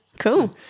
Cool